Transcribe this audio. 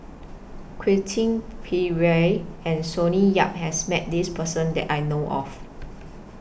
Quentin Pereira and Sonny Yap has Met This Person that I know of